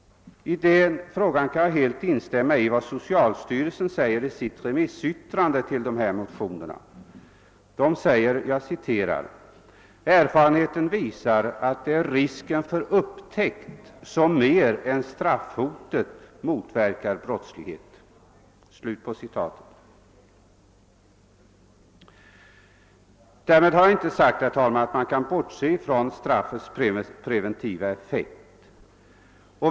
I det avseendet kan jag helt instämma i vad socialstyrelsen säger i remissyttrandet över dessa motioner: »Erfarenheten visar att det är risken för upptäckt som mer än straffhotet motverkar brottslighet.» Därmed har jag inte sagt att man kan bortse från straffets preventiva effekt.